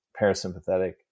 parasympathetic